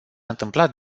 întâmplat